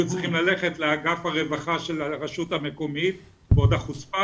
צריכים ללכת לאגף הרווחה של הרשות המקומית ועוד החוצפה